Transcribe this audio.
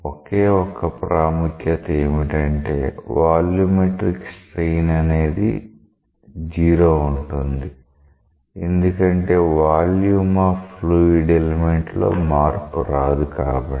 ఒకే ఒక్క ప్రాముఖ్యత ఏమిటంటే వాల్యూమెట్రిక్ స్ట్రెయిన్ అనేది 0 ఉంటుంది ఎందుకంటే వాల్యూమ్ ఆఫ్ ఫ్లూయిడ్ ఎలిమెంట్ లో మార్పు రాదు కాబట్టి